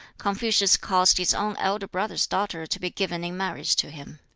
confucius caused his own elder brother's daughter to be given in marriage to him.